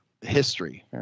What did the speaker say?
history